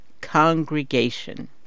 congregation